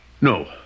No